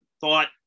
thought